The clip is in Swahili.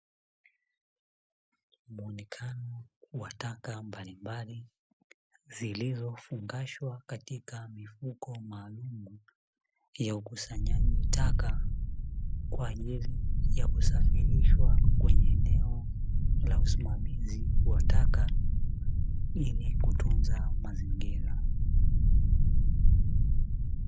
Muonekano wa taka mbalimbali, zilizofungashwa katika mifuko maalumu, ya ukusanyaji taka kwa ajili ya kusafirisha kwenye eneo la usimamizi wa taka ili kutunza mazingira.